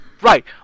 right